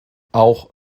auch